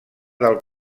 del